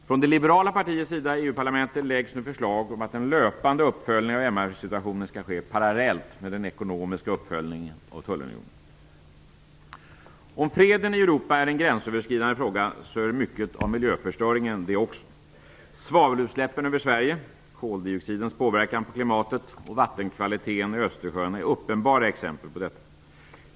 Från det liberala partiets sida i EU-parlamentet läggs nu fram förslag om att en löpande uppföljning av MR situationen skall ske parallellt med den ekonomiska uppföljningen av tullunionen. Om freden i Europa är en gränsöverskridande fråga så är mycket av miljöförstöringen det också. Svavelutsläppen över Sverige, koldioxidens påverkan på klimatet och vattenkvaliteten i Östersjön är uppenbara exempel på detta.